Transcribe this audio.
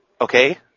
Okay